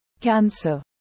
Cancer